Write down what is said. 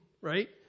right